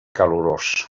calorós